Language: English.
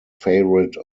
favorite